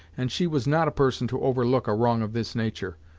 and she was not a person to overlook a wrong of this nature,